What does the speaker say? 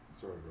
Sorry